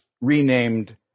renamed